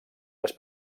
les